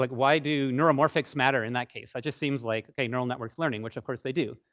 like why do neuromorphics matter in that case? that just seems like, ok, neural networks learning, which of course they do.